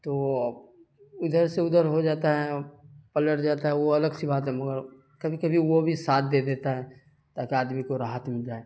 تو وہ ادھر سے ادھر ہو جاتا ہے پلٹ جاتا ہے وہ الگ سی بات ہے مگر کبھی کبھی وہ بھی ساتھ دے دیتا ہے تاکہ آدمی کو راحت مل جائے